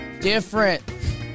different